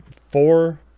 four